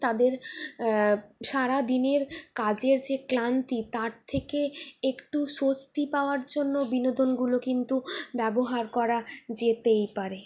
তাদের সারাদিনের কাজের যে ক্লান্তি তার থেকে একটু স্বস্তি পাওয়ার জন্য বিনোদনগুলো কিন্তু ব্যবহার করা যেতেই পারে